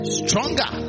stronger